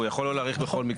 הוא יכול לא להאריך בכל מקרה.